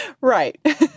Right